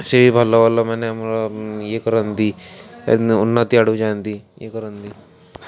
ସେ ବି ଭଲ ଭଲ ମାନେ ଆମର ଇଏ କରନ୍ତି ଉନ୍ନତି ଆଡ଼କୁ ଯାଆନ୍ତି ଇଏ କରନ୍ତି